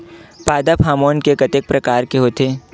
पादप हामोन के कतेक प्रकार के होथे?